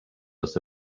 was